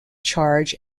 charge